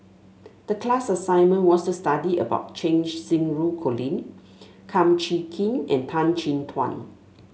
the class assignment was to study about Cheng Xinru Colin Kum Chee Kin and Tan Chin Tuan